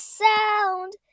sound